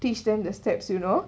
teach them the steps you know